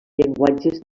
llenguatges